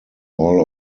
all